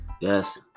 Yes